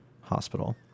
hospital